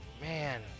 man